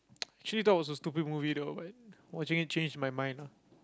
i actually thought it was a stupid movie though but watching it changed my mind